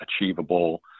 achievable